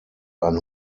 ein